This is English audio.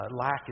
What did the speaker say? Lack